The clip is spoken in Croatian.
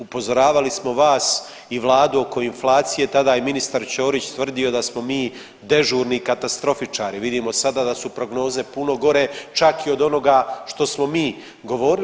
Upozoravali smo vas i Vladu oko inflacije, tada je ministar Ćorić tvrdio da smo mi dežurni katastrofičari, vidimo sada da su prognoze puno gore, čak i od onoga što smo mi govorili.